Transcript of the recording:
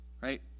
right